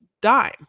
dime